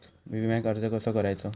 विम्याक अर्ज कसो करायचो?